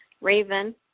Raven